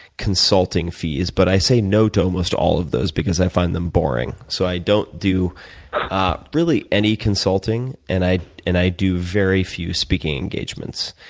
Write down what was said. consulting fees. but i say no to almost all of those because i find them boring. so i don't do really any consulting, and i and i do very few speaking engagements.